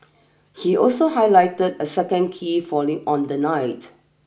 he also highlighted a second key falling on the night